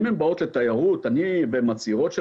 אם הן באות לתיירות והן מצהירות של